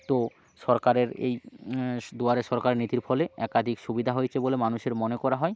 তো সরকারের এই দুয়ারে সরকারে নীতির ফলে একাধিক সুবিধা হয়েছে বলে মানুষের মনে করা হয়